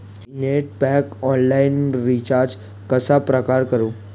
मी net pack online recharge कशाप्रकारे करु?